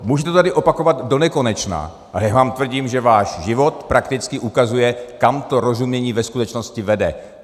Můžete to tady opakovat donekonečna, a já vám tvrdím, že váš život prakticky ukazuje, kam to rozumění ve skutečnosti vede.